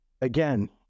again